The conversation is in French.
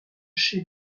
chef